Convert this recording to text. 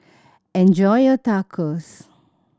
enjoy your Tacos